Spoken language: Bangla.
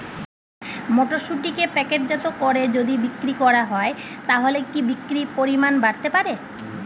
মটরশুটিকে প্যাকেটজাত করে যদি বিক্রি করা হয় তাহলে কি বিক্রি পরিমাণ বাড়তে পারে?